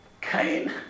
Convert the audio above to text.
Cain